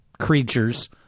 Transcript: creatures